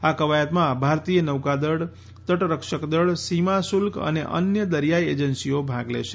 આ ક્વાયતમાં ભારતીય નૌકાદળ તટરક્ષક દળ સીમા શલ્ક અને અન્ય દરિયાઈ એજન્સીઓ ભાગ લેશે